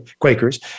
Quakers